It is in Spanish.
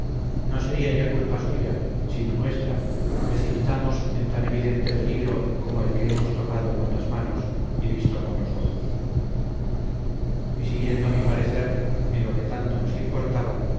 no sería ya culpa suya sino nuestra precipitamos en tan evidente peligro como el que hemos tocado con las manos y visto con los ojos y siguiendo mi parecer en lo que tanto nos importaba